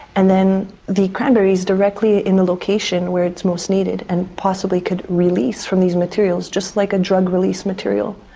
and then the cranberry is directly in the location where it is most needed and possibly could release from these materials, just like a drug release material,